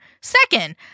Second